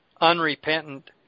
unrepentant